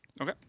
Okay